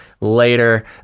later